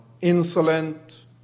insolent